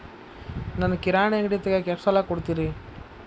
ನನಗ ಕಿರಾಣಿ ಅಂಗಡಿ ತಗಿಯಾಕ್ ಎಷ್ಟ ಸಾಲ ಕೊಡ್ತೇರಿ?